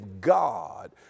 God